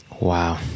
Wow